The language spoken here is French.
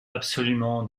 absolument